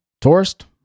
tourist